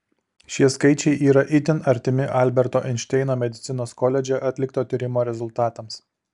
šie skaičiai yra itin artimi alberto einšteino medicinos koledže atlikto tyrimo rezultatams